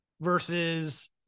versus